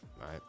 right